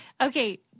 Okay